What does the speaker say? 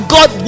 God